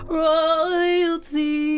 royalty